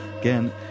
Again